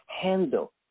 handle